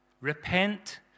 repent